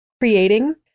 creating